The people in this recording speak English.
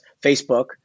Facebook